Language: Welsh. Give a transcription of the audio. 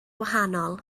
wahanol